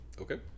Okay